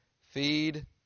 Feed